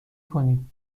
کنید